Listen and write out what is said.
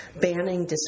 banning